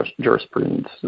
jurisprudence